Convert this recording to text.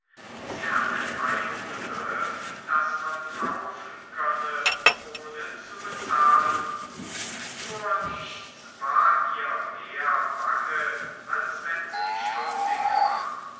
sie hatte keinen begriff daß man kaufen könne ohne zu bezahlen vor nichts war ihr mehr bange als wenn sie schuldig war